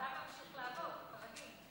ממשיך לעבוד כרגיל.